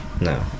No